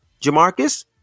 Jamarcus